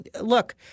look